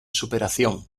superación